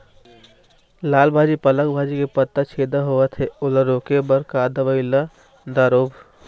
लाल भाजी पालक भाजी के पत्ता छेदा होवथे ओला रोके बर का दवई ला दारोब?